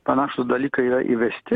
panašūs dalykai yra įvesti